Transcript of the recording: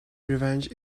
revenge